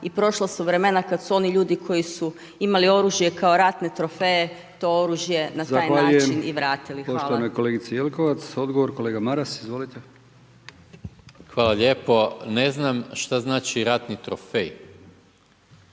i prošla su vremena kad su oni ljudi koji su imali oružje kao ratne trofeje to oružje na taj način i vratili. Hvala. **Brkić, Milijan (HDZ)** Zahvaljujem